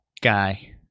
guy